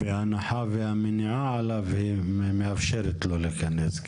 בהנחה שהמניעה עליו מאפשרת לו להיכנס.